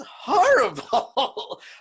horrible